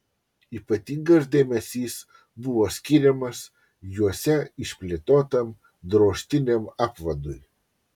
ypatingas dėmesys buvo skiriamas juose išplėtotam drožtiniam apvadui